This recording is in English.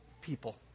people